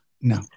No